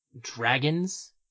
dragons